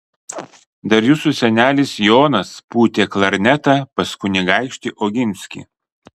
dar jūsų senelis jonas pūtė klarnetą pas kunigaikštį oginskį